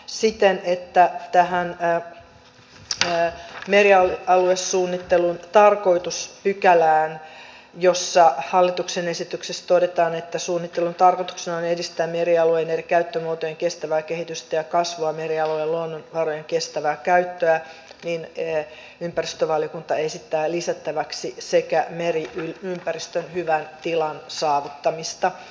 siten että tähän merialuesuunnittelun tarkoitus pykälään josta hallituksen esityksessä todetaan että suunnittelun tarkoituksena on edistää merialueen eri käyttömuotojen kestävää kehitystä ja kasvua sekä merialueen luonnonvarojen kestävää käyttöä ympäristövaliokunta esittää lisättäväksi sekä meriympäristön hyvän tilan saavuttamista